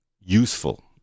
useful